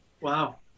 Wow